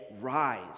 rise